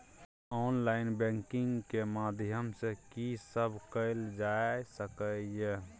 Online banking के माध्यम सं की सब कैल जा सके ये?